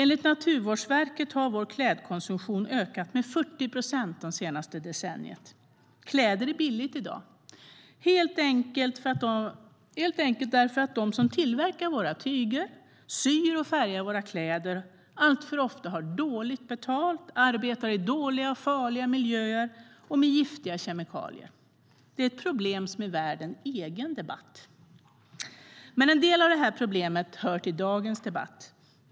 Enligt Naturvårdsverket har vår klädkonsumtion ökat med 40 procent det senaste decenniet. Kläder är billigt i dag, helt enkelt för att de som tillverkar våra tyger och syr och färgar våra kläder alltför ofta har dåligt betalt och arbetar i dåliga och farliga miljöer med giftiga kemikalier. Det är ett problem som är värt en egen debatt. Men en del av detta problem hör till dagens debatt.